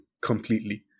completely